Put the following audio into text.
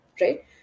right